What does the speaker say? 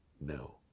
No